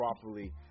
properly